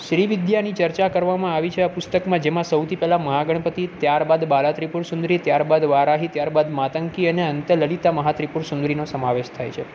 શ્રી વિદ્યાની ચર્ચા કરવામાં આવી છે આ પુસ્તકમાં જેમાં સૌથી પહેલાં મહાગણપતિ ત્યારબાદ બાલા ત્રિપુર સુંદરી ત્યારબાદ વારાહી ત્યારબાદ માતંકી અને અંતે લલિતા મહા ત્રિપુર સુંદરીનો સમાવેશ થાય છે